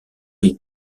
les